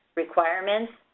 requirements,